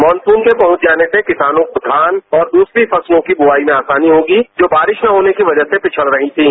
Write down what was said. monsoon के पहुंच जाने से किसानों को धान और दूसरी फसलों की ब्वाई में आसानी होगी जो बारिश न होने की वजह से पिछड़ रही थीं